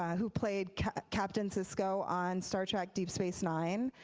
who played captain sisko on star trek deep space nine,